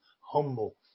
humble